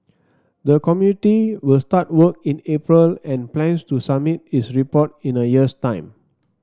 the committee will start work in April and plans to submit its report in a year's time